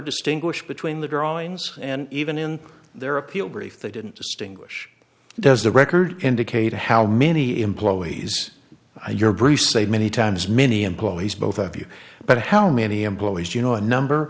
distinguish between the drawings and even in their appeal brief they didn't distinguish does the record indicate how many employees your brief saved many times many employees both of you but how many employees do you know a number